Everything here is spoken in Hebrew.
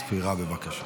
ספירה, בבקשה.